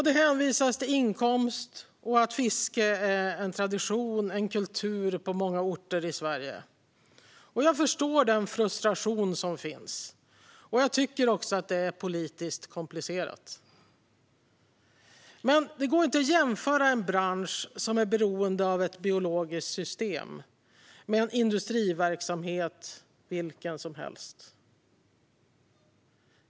Det hänvisas till inkomst och till att fiske är en tradition och en kultur på många orter i Sverige. Jag förstår den frustration som finns, och jag tycker också att det är politiskt komplicerat. Men det går inte att jämföra en bransch som är beroende av ett biologiskt system med en industriverksamhet vilken som helst.